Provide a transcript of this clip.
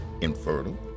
infertile